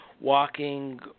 walking